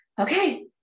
okay